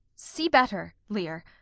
see better, lear,